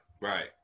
right